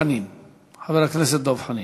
חבר הכנסת דב חנין.